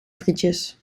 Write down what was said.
frietjes